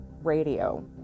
radio